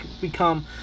become